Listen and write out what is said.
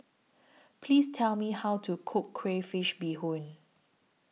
Please Tell Me How to Cook Crayfish Beehoon